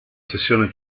sessione